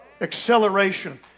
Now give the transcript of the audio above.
Acceleration